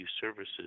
services